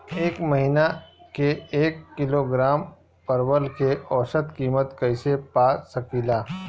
एक महिना के एक किलोग्राम परवल के औसत किमत कइसे पा सकिला?